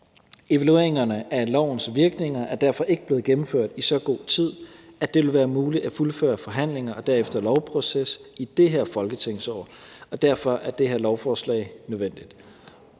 Evalueringerne af lovens virkninger er derfor ikke blevet gennemført i så god tid, at det vil være muligt at fuldføre forhandlingerne og derefter en lovproces i det her folketingsår, og derfor er det her lovforslag nødvendigt.